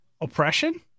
Oppression